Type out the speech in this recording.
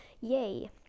yay